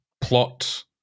plot